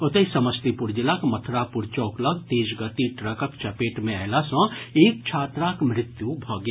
ओतहि समस्तीपुर जिलाक मथुरापुर चौक लग तेज गति ट्रकक चपेट मे अयला सँ एक छात्राक मृत्यु भऽ गेल